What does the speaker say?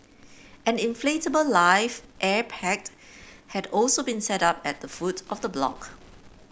an inflatable life air packed had also been set up at the foot of the block